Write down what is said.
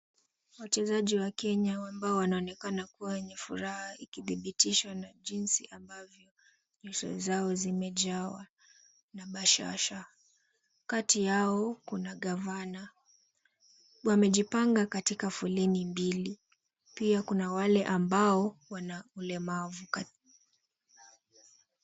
Wachezaji wa Kenya ambao wanaonekana kuwa wenye furaha ikidhibitishwa ya jinsi ambavyo nyuso zao zimejawa na bashasha, kati yao kuna ngavana, wamejipanga katika foleni mbili, pia kuna wale ambao wana ulemavu.